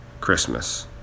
Christmas